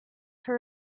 her